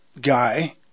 guy